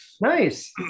Nice